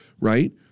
right